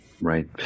Right